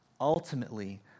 ultimately